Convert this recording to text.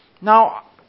Now